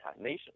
nation